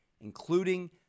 including